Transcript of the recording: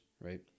right